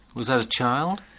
was that a child?